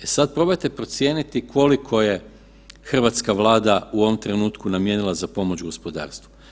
E sad, probajte procijeniti koliko je hrvatska Vlada u ovom trenutku namijenila za pomoć gospodarstvu.